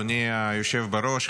היושב-ראש.